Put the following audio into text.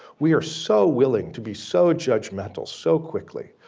we are so willing to be so judgemental so quickly.